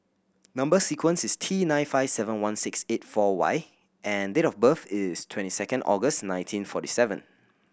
number sequence is T nine five seven one six eight four Y and date of birth is twenty second August nineteen forty seven